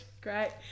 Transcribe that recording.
great